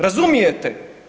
Razumijete?